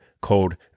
called